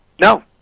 No